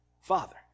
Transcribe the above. Father